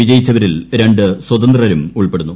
വിജയിച്ചവരിൽ രണ്ടു സ്വതന്ത്രരും ഉൾപ്പെടുന്നു